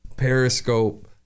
Periscope